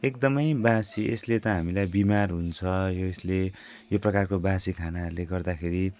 एकदमै बासी यसले त हामीलाई बिमार हुन्छ यो यसले यो प्रकारको बासी खानाहरूले गर्दाखेरि